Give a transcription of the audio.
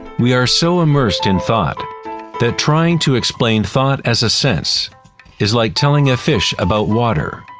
we are so immersed in thought that trying to explain thought as a sense is like telling a fish about water.